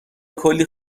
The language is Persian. کلی